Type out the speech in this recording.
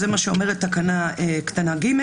וזה מה שאומרת תקנה קטנה (ג),